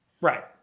right